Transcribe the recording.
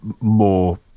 more